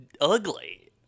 ugly